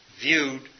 viewed